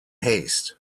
haste